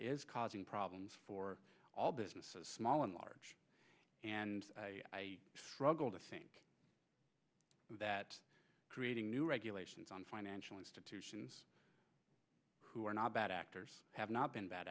is causing problems for all businesses small and large and i struggle to see that creating new regulations on financial institutions who are not bad actors have not been bad